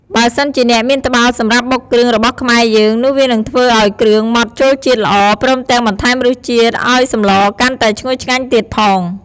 បើសិនជាអ្នកមានត្បាល់សម្រាប់បុកគ្រឿងរបស់ខ្មែរយើង នោះវានឹងធ្វើឱ្យគ្រឿងម៉ដ្ដចូលជាតិល្អ ព្រមទាំងបន្ថែមរសជាតិឱ្យសម្លកាន់តែឈ្ងុយឆ្ងាញ់ទៀតផង។